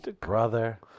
brother